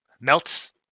melts